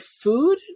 food